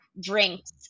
drinks